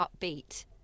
upbeat